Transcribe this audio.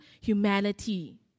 humanity